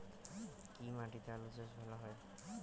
কি মাটিতে আলু চাষ ভালো হয়?